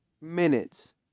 minutes